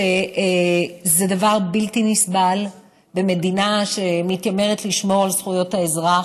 שזה דבר בלתי נסבל במדינה שמתיימרת לשמור על זכויות האזרח.